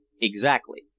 exactly.